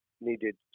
needed